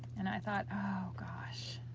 and i thought, oh gosh,